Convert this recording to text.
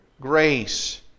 grace